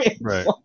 Right